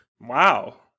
Wow